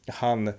han